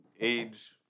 age